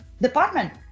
department